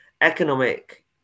economic